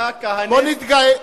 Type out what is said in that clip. בוא נתגאה.